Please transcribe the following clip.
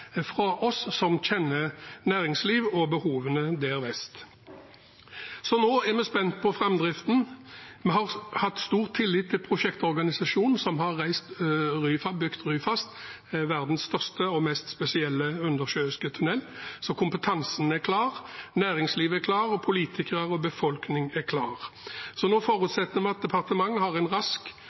fra oss som kjenner næringslivet og behovene i vest. Nå er vi spent på framdriften. Vi har hatt stor tillit til prosjektorganisasjonen som har bygget Ryfast, verdens største og mest spesielle undersjøiske tunnel. Så kompetansen er klar, næringslivet er klart, og politikere og befolkning er klare. Så nå forutsetter vi at departementet har en rask